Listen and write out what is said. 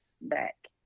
back